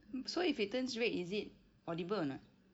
um so if it turns red is it audible or not